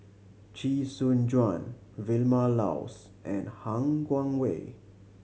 Chee Soon Juan Vilma Laus and Han Guangwei